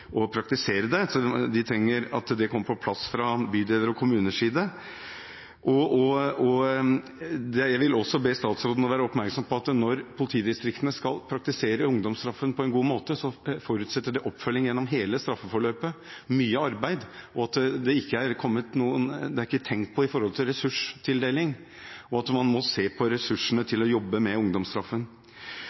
praktisere det. De har behov for at det kommer på plass fra bydeler og kommuners side. Jeg vil også be statsråden være oppmerksom på at når politidistriktene skal praktisere ungdomsstraffen på en god måte, forutsetter det oppfølging gjennom hele straffeforløpet – mye arbeid. Det er det ikke tenkt på når det gjelder ressurstildeling. Man må se på ressursene til å jobbe med ungdomsstraffen.